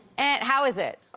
and how is it?